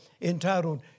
entitled